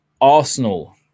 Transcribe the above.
Arsenal